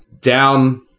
down